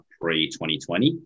pre-2020